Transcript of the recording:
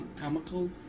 comical